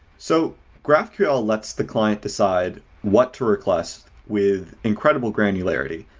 so graphql lets the client decide what to request with incredible granularity.